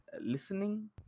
listening